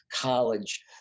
college